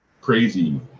crazy